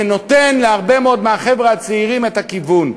וזה נותן להרבה מאוד מהחבר'ה הצעירים את הכיוון.